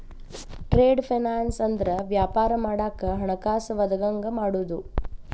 trade finance ಅಂದ್ರ ವ್ಯಾಪಾರ ಮಾಡಾಕ ಹಣಕಾಸ ಒದಗಂಗ ಮಾಡುದು